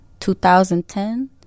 2010